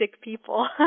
people